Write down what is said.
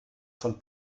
von